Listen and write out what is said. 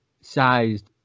sized